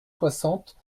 soixante